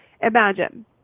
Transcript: imagine